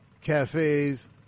cafes